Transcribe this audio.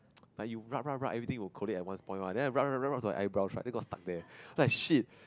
like you rub rub rub everything will collapse at one point what then I rub rub rub rub my eyebrows right then it got stuck there then I shit